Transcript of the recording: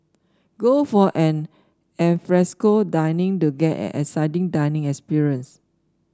go for an alfresco dining to get an exciting dining experience